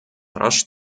rasch